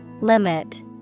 Limit